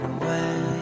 away